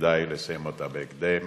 כדאי לסיים אותה בהקדם